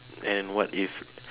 and what if